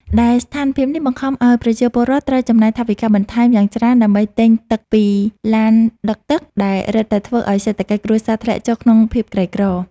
ដែលស្ថានភាពនេះបង្ខំឱ្យប្រជាពលរដ្ឋត្រូវចំណាយថវិកាបន្ថែមយ៉ាងច្រើនដើម្បីទិញទឹកពីឡានដឹកទឹក ដែលរឹតតែធ្វើឱ្យសេដ្ឋកិច្ចគ្រួសារធ្លាក់ចូលក្នុងភាពក្រីក្រ។